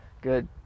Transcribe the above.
Good